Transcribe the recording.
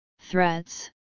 threats